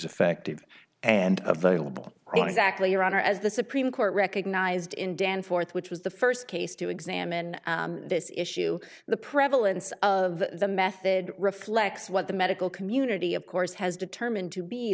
effective and available right exactly around or as the supreme court recognized in dan forth which was the first case to examine this issue the prevalence of the method reflects what the medical community of course has determined to be